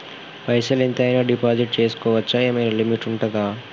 పైసల్ ఎంత అయినా డిపాజిట్ చేస్కోవచ్చా? ఏమైనా లిమిట్ ఉంటదా?